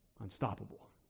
Unstoppable